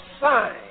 sign